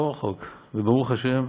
לא רחוק וברוך השם,